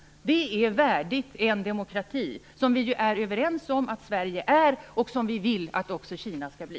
Det är värdigt en demokrati, som vi ju är överens om att Sverige är och som vi vill att också Kina skall bli.